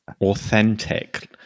Authentic